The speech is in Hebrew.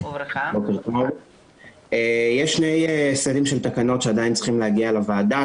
יש שני סטים של תקנות שעדיין צריכים להגיע לוועדה,